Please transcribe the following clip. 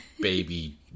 baby